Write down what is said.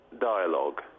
dialogue